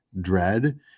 dread